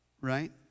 right